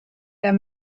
der